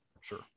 Sure